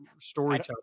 storytelling